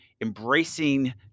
embracing